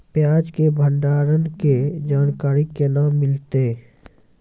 प्याज के भंडारण के जानकारी केना मिलतै?